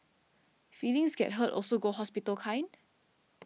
feelings get hurt also go hospital kind